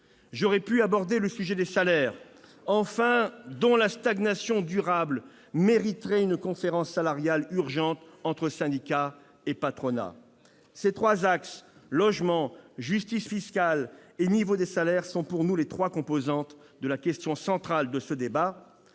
j'aurais pu aborder le sujet des salaires dont la stagnation durable mériterait une conférence salariale urgente entre syndicats et patronat. Ces trois axes, logement, justice fiscale et niveau des salaires, sont pour nous les trois composantes de la question centrale de ce débat.